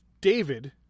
David